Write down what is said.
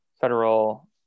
federal